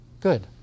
Good